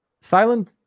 silent